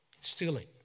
stealing